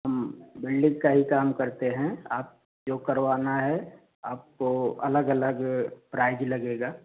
हम बेल्डिंग का ही काम करते हैं आप जो करवाना है आपको अलग अलग प्राइज लगेगा